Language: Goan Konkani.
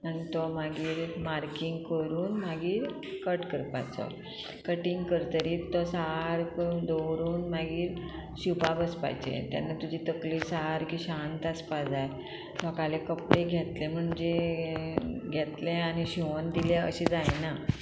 आनी तो मागीर मार्कींग करून मागीर कट करपाचो कटींग करतरीत तो सारको दवरून मागीर शिंवपा बसपाचें तेन्ना तुजी तकली सारकी शांत आसपा जाय लोकालें कपडे घेतले म्हणजे घेतले आनी शिंवोन दिले अशें जायना